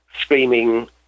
Screaming